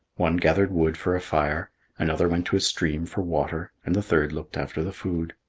one gathered wood for a fire another went to a stream for water and the third looked after the food.